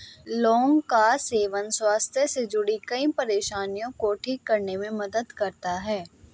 लौंग का सेवन स्वास्थ्य से जुड़ीं कई परेशानियों को ठीक करने में मदद करता है